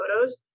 photos